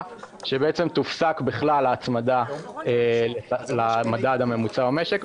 שבעצם תופסק בכלל ההצמדה למדד הממוצע במשק,